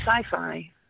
sci-fi